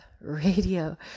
radio